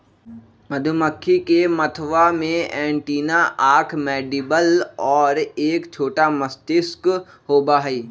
मधुमक्खी के मथवा में एंटीना आंख मैंडीबल और एक छोटा मस्तिष्क होबा हई